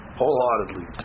wholeheartedly